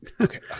Okay